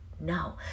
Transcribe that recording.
No